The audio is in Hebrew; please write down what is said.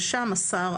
ושם השר,